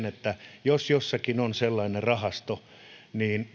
että jos jossakin on sellainen rahasto niin